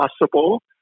possible